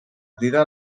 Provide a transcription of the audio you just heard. crida